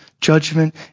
Judgment